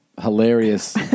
hilarious